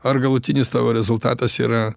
ar galutinis tavo rezultatas yra